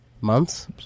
Months